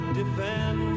defend